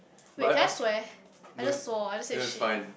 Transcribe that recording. wait can I swear I just swore I just said shit